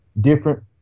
different